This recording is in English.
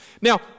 Now